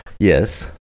Yes